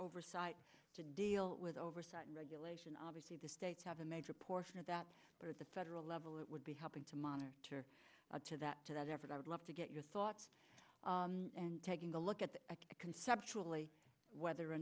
oversight to deal with oversight and regulation obviously the states have a major portion of that but at the federal level it would be helping to monitor to that to that effort i would love to get your thoughts and taking a look at conceptually whether or